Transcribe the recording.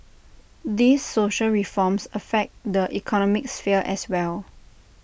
these social reforms affect the economic sphere as well